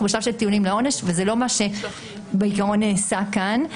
בשלב טיעונים לעונש וזה לא מה שבעיקרון נעשה כאן.